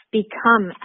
become